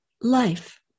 life